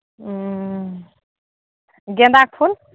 उं गेंदाके फूल